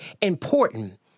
important